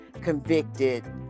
convicted